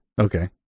okay